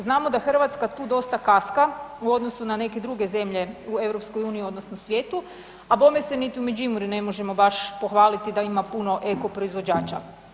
Znamo da Hrvatska tu dosta kaska u odnosu na neke druge zemlje u EU odnosno svijetu, a Bome se niti u Međimurju ne možemo baš pohvaliti da ima puno eko proizvođača.